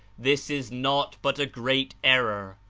this is naught but a great error.